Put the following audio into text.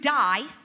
die